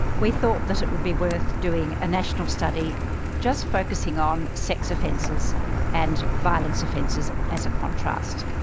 we thought that it would be worth doing a national study just focusing on sex offences and violence offences as a contrast.